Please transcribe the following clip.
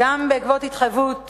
גם בעקבות התחייבות